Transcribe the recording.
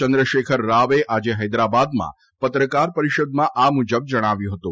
ચંદ્રશેખર રાવે આજે હૈદરાબાદમાં પત્રકાર પરિષદમાં આ મુજબ જણાવ્યું હતું